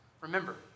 remember